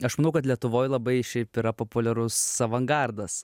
aš manau kad lietuvoj labai šiaip yra populiarus avangardas